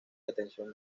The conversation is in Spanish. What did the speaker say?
atención